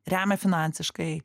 remia finansiškai